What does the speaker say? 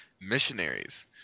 Missionaries